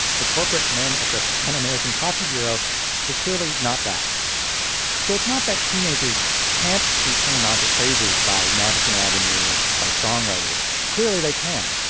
the corporate men at the pan-american coffee bureau were clearly not bad so it's not that teenagers can't be turned onto crazes by madison avenue or by songwriters. clearly they can,